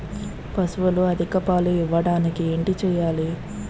పశువులు అధిక పాలు ఇవ్వడానికి ఏంటి చేయాలి